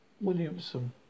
Williamson